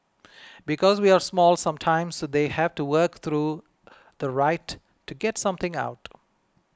because we are small sometimes they have to work through the right to get something out